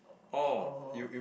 oh oh